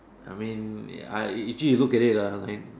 I mean ya I actually you look at it ah like